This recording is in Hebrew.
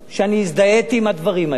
ואני הזדהיתי עם הדברים האלה.